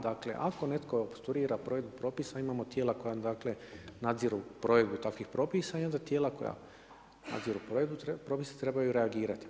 Dakle, ako netko opstruira provedbu propisa imamo tijela koja dakle nadziru provedbu takvih propisa i onda tijela koja nadziru provedbu propisi trebaju reagirati.